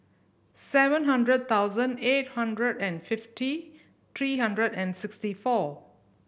seven hundred thousand eight hundred and fifty three hundred and sixty four